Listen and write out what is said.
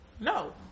no